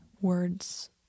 words